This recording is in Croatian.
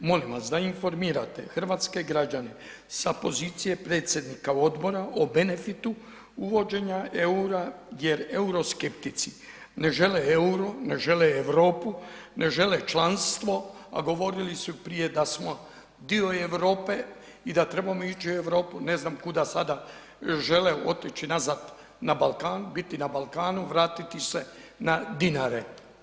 Molim vas da informirate hrvatske građane sa pozicije predsjednika odbora o benefitu uvođenja eura jer euroskeptici ne žele euro, ne žele Europu, ne žele članstvo, a govorili su prije da smo dio Europe i da trebamo ići u Europu, ne znam kuda sada žele otići nazad na Balkan, biti na Balkanu, vratiti se na dinare.